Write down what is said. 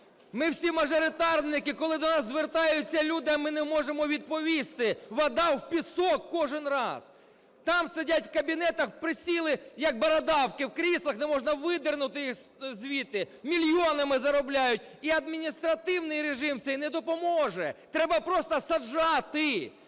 Ми всі мажоритарники. Коли до нас звертаються люди, а ми не можемо відповісти, вода в пісок кожен раз. Там сидять в кабінетах, присіли як бородавки в кріслах, не можна видернути їх звідти, мільйонами заробляють. І адміністративний режим цей не допоможе. Треба просто саджати,